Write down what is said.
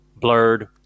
Blurred